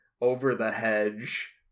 over-the-hedge